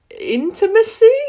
intimacy